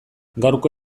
gaurko